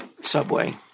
Subway